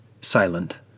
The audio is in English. silent